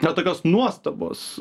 na tokios nuostabos